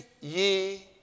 ye